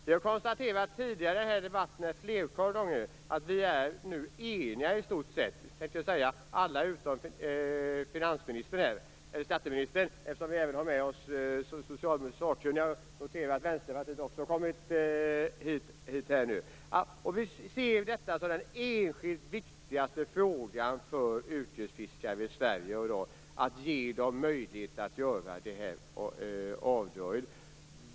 Vi har tidigare i debatten ett flertal gånger konstaterat att vi är i stort sett eniga - alla utom skatteministern. Vi har ju även med oss socialdemokraternas sakkunnige. Jag noterar att Vänsterpartiets representant också har kommit hit till kammaren nu. Vi ser detta som den viktigaste enskilda frågan för yrkesfiskarna i Sverige, att de får möjlighet att göra detta avdrag.